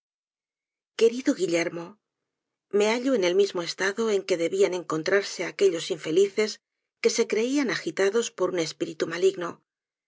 querido guillermo me hallo en el mismo estado en que debían encontrarse aquellos infelices que se creían agitados por un espíritu maligno